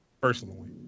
personally